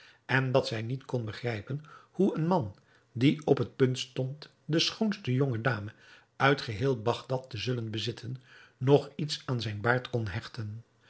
en dat zij niet kon begrijpen hoe een man die op het punt stond de schoonste jonge dame uit geheel bagdad te zullen bezitten nog iets aan zijn baard kon hechten